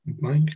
Mike